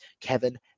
Kevin